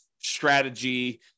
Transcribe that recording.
strategy